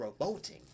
revolting